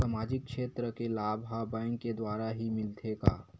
सामाजिक क्षेत्र के लाभ हा बैंक के द्वारा ही मिलथे का?